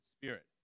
spirit